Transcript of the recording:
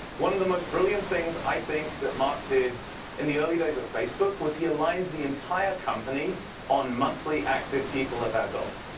one of the most brilliant things i think that mark did in the early days of facebook was he aligned the entire company on monthly active people as our goal.